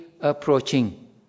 approaching